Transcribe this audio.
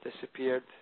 disappeared